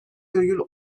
virgül